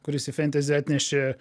kuris į fentezi atnešė